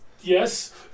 Yes